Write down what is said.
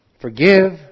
forgive